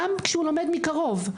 גם כשהוא לומד מקרוב,